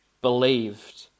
believed